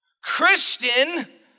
Christian